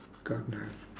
god knows